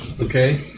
Okay